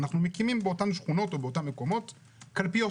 אנחנו מקימים באותן שכונות או באותם מקומות קלפיות.